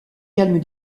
calme